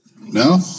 No